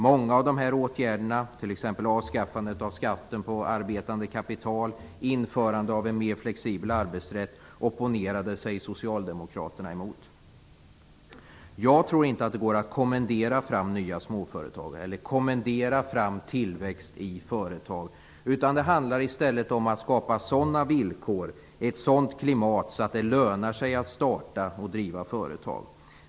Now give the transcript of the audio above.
Många av de åtgärderna, t.ex. avskaffandet av skatten på arbetande kapital och införandet av en mer flexibel arbetsrätt, opponerade sig Jag tror inte att det går att kommendera fram nya småföretag eller kommendera fram tillväxt i företag. Det handlar istället om att skapa sådana villkor och ett sådant klimat att det lönar sig att starta och driva företag.